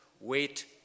wait